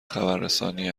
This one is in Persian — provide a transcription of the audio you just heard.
خبررسانی